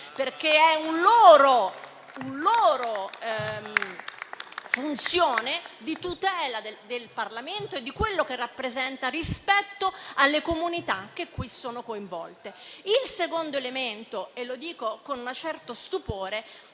perché spetta a loro la funzione di tutela del Parlamento e di ciò che rappresenta rispetto alle comunità che qui sono coinvolte. Il secondo elemento - lo dico con un certo stupore